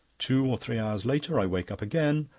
two or three hours later i wake up again,